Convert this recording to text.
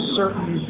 certain